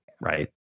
right